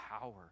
power